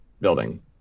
building